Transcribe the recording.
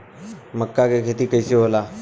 मका के खेती कइसे होला?